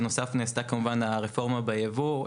בנוסף, נעשתה כמובן הרפורמה ביבוא.